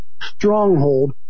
stronghold